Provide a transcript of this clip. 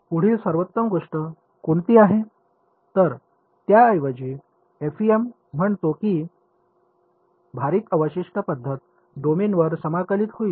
तर त्याऐवजी एफईएम म्हणतो की भारित अवशिष्ट पद्धत डोमेनवर समाकलित होईल